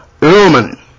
Roman